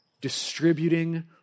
distributing